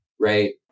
right